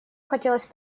хотелось